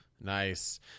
nice